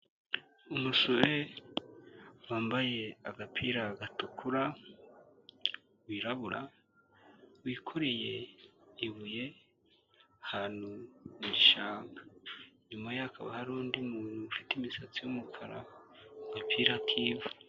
Umusore wambaye agapira gatukura wirabura, wikoreye ibuye ahantu mu gishanga, inyuma yakaba hari undi muntu ufite imisatsi y'umukara, agapira k'ivu.